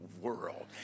world